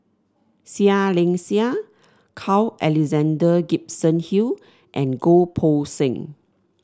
Seah Liang Seah Carl Alexander Gibson Hill and Goh Poh Seng